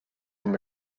him